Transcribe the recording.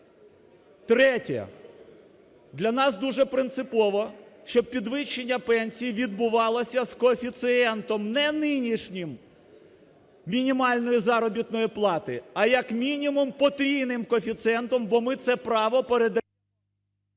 Третє. Для нас дуже принципово, щоб підвищення пенсій відбувалося з коефіцієнтом не нинішнім мінімальної заробітної плати, а як мінімум потрійним коефіцієнтом, бо ми це право…